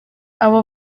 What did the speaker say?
abo